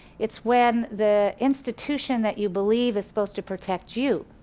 it's when the institution that you believe is supposed to protect you